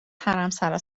حرمسرا